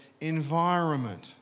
environment